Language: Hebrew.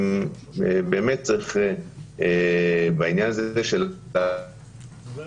אם צריך בעניין הזה --- פרופ'